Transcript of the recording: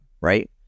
right